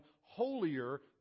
holier